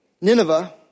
Nineveh